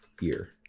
year